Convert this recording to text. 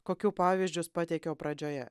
kokių pavyzdžius pateikiau pradžioje